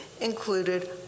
included